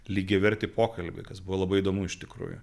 lygiavertį pokalbį kas buvo labai įdomu iš tikrųjų